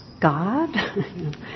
God